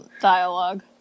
dialogue